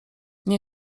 nie